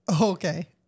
Okay